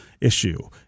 issue